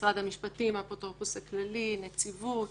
משרד המשפטים, האפוטרופוס הכללי, נציבות